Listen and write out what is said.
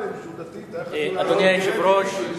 אדוני היושב-ראש,